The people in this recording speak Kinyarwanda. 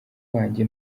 wanjye